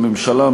הממשלה,